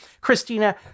Christina